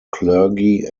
clergy